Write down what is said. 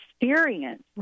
experience